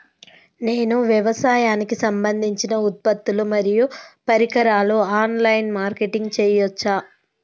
నేను వ్యవసాయానికి సంబంధించిన ఉత్పత్తులు మరియు పరికరాలు ఆన్ లైన్ మార్కెటింగ్ చేయచ్చా?